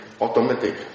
automatic